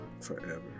forever